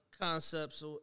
Concepts